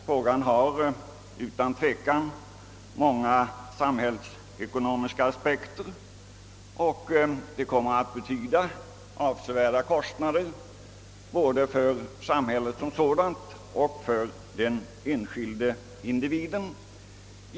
Frågan har otvivelaktigt många samhällsekonomiska aspekter, och införandet kommer att innebära avsevärda kostnader både för samhället och den enskilde individen.